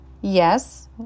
Yes